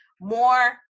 more